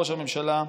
ראש הממשלה,